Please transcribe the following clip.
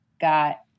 got